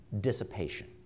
dissipation